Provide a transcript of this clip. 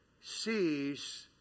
sees